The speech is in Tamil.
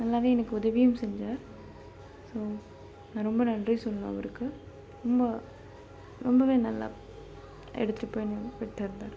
நல்லாவே எனக்கு உதவியும் செஞ்சார் ஸோ நான் ரொம்ப நன்றி சொல்லணும் அவருக்கு ரொம்ப ரொம்பவே நல்லா எடுத்துகிட்டு போய் என்னை விட்டார் அவர்